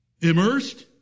immersed